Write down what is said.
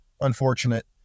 unfortunate